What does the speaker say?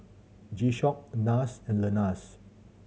G Shock Nars and Lenas